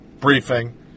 briefing